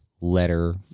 letter